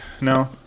No